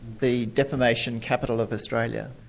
the defamation capital of australia.